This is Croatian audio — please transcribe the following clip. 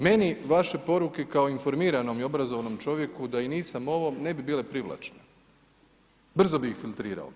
Meni vaše poruke kao informiranom i obrazovnom čovjeku da i nisam ovo, ne bi bile privlačne, brzo bi ih filtrirao.